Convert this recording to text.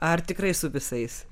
ar tikrai su visais